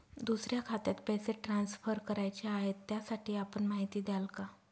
दुसऱ्या खात्यात पैसे ट्रान्सफर करायचे आहेत, त्यासाठी आपण माहिती द्याल का?